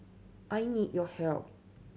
I need your help